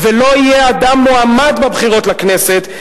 ולא יהיה אדם מועמד בבחירות לכנסת,